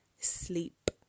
sleep